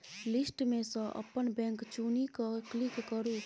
list मे सँ अपन बैंक चुनि कए क्लिक करु